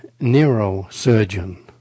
neurosurgeon